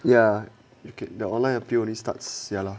ya you can the online appeal only starts ya lah